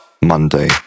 Monday